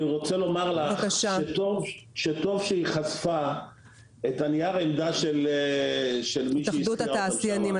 אני רוצה לומר לך שטוב שהיא חשפה את נייר העמדה של התאחדות התעשיינים,